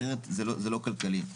אחרת זה לא כלכלי.